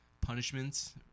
punishments